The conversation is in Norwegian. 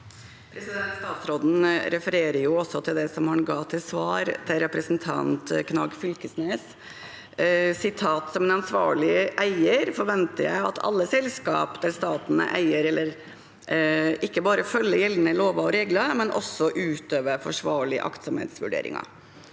Statsråden refererer også til det han ga som svar til representanten Knag Fylkesnes: «Som en ansvarlig eier forventer jeg […] at alle selskapene der staten er eier ikke bare følger gjeldende lover og regler, men også utøver forsvarlige aktsomhetsvurderinger,